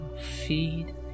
feed